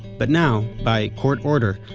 but now, by court order,